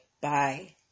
Bye